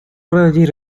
проводить